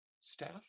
staff